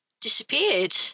disappeared